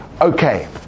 okay